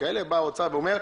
בא האוצר ואומר,